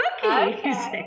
cookies